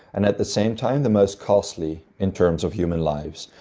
and at the same time the most costly in terms of human lives.